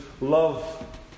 love